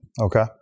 Okay